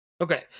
Okay